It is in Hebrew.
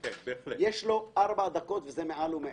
יש לו ארבע דקות וזה מעל ומעבר.